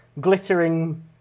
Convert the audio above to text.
glittering